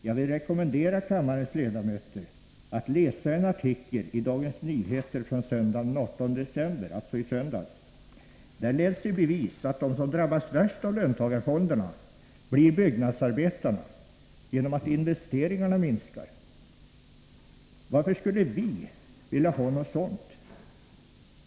Jag vill rekommendera kammarens ledamöter att läsa en artikel i Dagens Nyheter från söndagen den 18 december. Där leds i bevis att de som drabbas värst av löntagarfonderna blir byggnadsarbetarna, genom att investeringarna minskar. Varför skulle vi vilja ha något sådant?